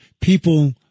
People